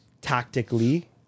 tactically